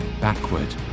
backward